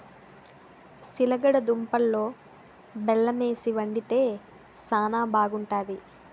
సిలగడ దుంపలలో బెల్లమేసి వండితే శానా బాగుంటాది